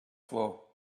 floor